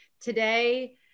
today